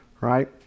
right